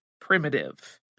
primitive